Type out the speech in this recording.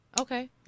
Okay